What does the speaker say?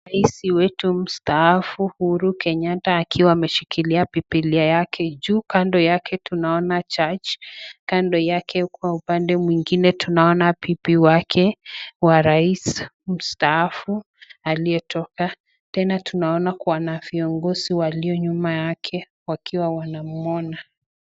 Rais wetu mtaafu Uhuru Kenyatta akiwa ameshikia bibilia yake juu huku akiwa ame kando yake tuona judge kando yake kwa upande mwingine tunaona bibi yake wa rais mtaafu aliyetoka tena kuona viongozi walio nyuma yake wakiwa wanamwona.